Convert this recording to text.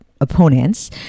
opponents